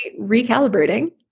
recalibrating